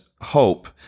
hope